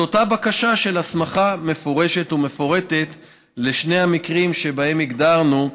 אותה בקשה של הסמכה מפורשת ומפורטת בשני המקרים שבהם הגדרנו: